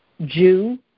Jew